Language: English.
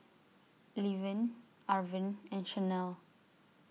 Levin Arvin and Chanelle